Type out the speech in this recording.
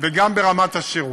וגם ברמת השירות.